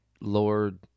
lord